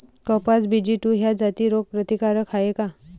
कपास B G two ह्या जाती रोग प्रतिकारक हाये का?